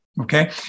Okay